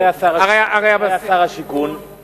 אתה היית שר שיכון, מי היה שר השיכון?